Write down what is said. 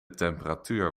temperatuur